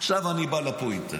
עכשיו אני בא לפואנטה.